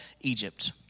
Egypt